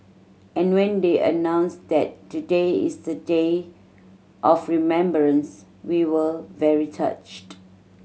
and when they announced that today is a day of remembrance we were very touched